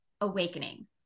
Awakening